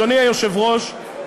אדוני היושב-ראש,